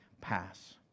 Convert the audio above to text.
pass